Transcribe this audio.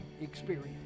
experience